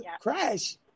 crash